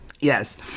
Yes